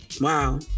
wow